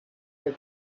for